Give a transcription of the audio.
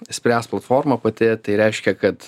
spręs platforma pati tai reiškia kad